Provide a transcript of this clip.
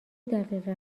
دقیقه